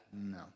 No